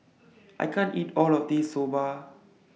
I can't eat All of This Soba